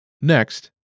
Next